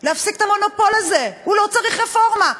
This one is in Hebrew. להפסיק את המונופול הזה, הוא לא צריך רפורמה.